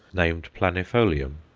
named planifolium.